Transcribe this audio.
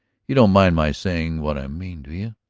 you don't mind my saying what i mean, do you.